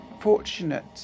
fortunate